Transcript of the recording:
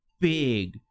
big